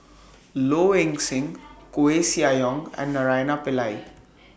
Low Ing Sing Koeh Sia Yong and Naraina Pillai